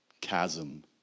chasm